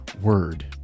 word